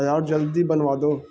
ارے یار جلدی بنوا دو